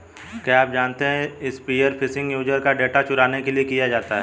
क्या आप जानते है स्पीयर फिशिंग यूजर का डेटा चुराने के लिए किया जाता है?